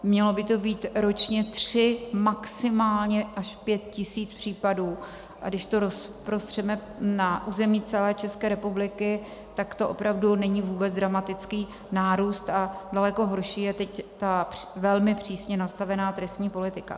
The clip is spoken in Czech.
Měly by to být ročně 3 maximálně až 5 tisíc případů, a když to rozprostřeme na území celé České republiky, tak to opravdu není vůbec dramatický nárůst, a daleko horší je teď ta velmi přísně nastavená trestní politika.